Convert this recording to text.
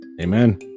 amen